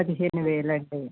పదిహేను వేలు అండి